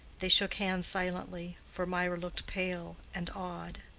they shook hands silently, for mirah looked pale and awed.